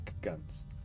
guns